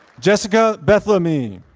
jessica bethlahmy